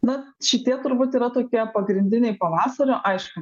na šitie turbūt yra tokie pagrindiniai pavasario aišku